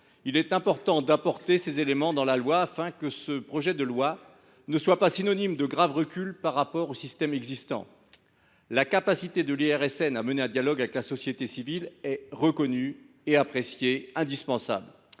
Il est important d’intégrer ces éléments dans la loi afin que ce texte ne soit pas synonyme de grave recul par rapport au système existant. La capacité de l’IRSN à mener un dialogue avec la société civile est reconnue, appréciée et indispensable.